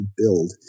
build